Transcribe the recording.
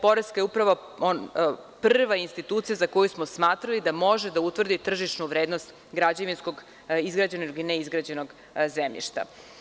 Poreska uprava je prva institucija za koju smo smatrali da može da utvrdi tržišnu vrednost građevinskog izgrađenog i neizgrađenog zemljišta.